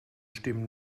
stimmen